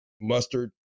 mustard